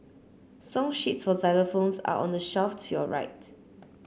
song sheets for xylophones are on the shelf to your right